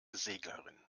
seglerin